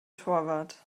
torwart